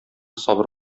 сабыр